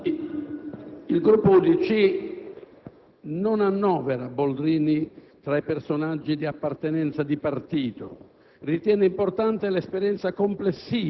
il Gruppo UDC non annovera Boldrini tra i personaggi di appartenenza di partito.